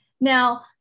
Now